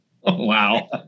Wow